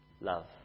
love